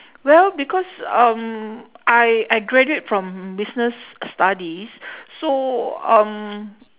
well because um I I graduate from business studies so um